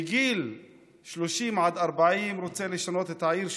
מגיל 30 עד 40 הוא רוצה לשנות את העיר שלו,